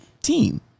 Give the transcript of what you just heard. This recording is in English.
team